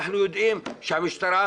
אנחנו יודעים שהמשטרה,